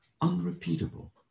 unrepeatable